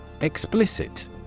Explicit